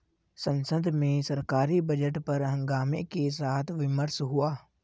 संसद में सरकारी बजट पर हंगामे के साथ विमर्श हुआ